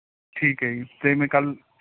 ਠੀਕ ਹੈ ਜੀ ਫੇਰ ਮੈਂ ਕੱਲ੍ਹ